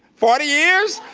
forty years?